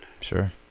Sure